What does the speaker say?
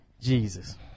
Jesus